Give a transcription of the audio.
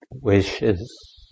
wishes